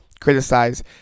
criticize